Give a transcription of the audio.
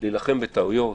להילחם בטעויות,